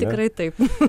tikrai taip